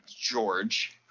George